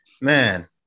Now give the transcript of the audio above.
Man